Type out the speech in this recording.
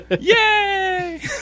yay